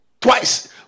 twice